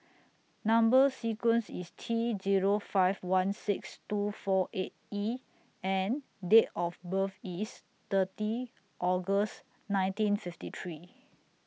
Number sequence IS T Zero five one six two four eight E and Date of birth IS thirty August nineteen fifty three